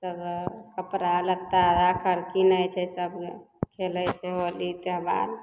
तब कपड़ा लत्ता आकर कीनय छै सबलए चलय छै होली त्योहार